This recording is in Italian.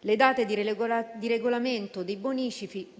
Le date di regolamento dei bonifici